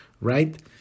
right